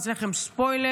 אעשה לכם ספוילר: